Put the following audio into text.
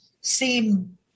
seem